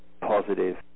positive